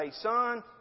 Son